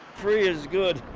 free is good.